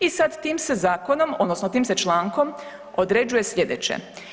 I sad tim se zakonom odnosno tim se člankom određuje slijedeće.